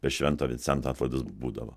per švento vincento atlaidus būdavo